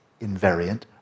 invariant